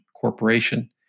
corporation